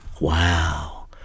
wow